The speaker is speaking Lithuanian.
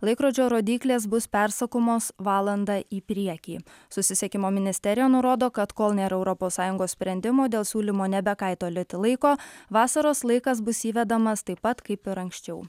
laikrodžio rodyklės bus persukamos valandą į priekį susisiekimo ministerija nurodo kad kol nėra europos sąjungos sprendimo dėl siūlymo nebekaitalioti laiko vasaros laikas bus įvedamas taip pat kaip ir anksčiau